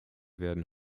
werden